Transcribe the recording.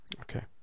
Okay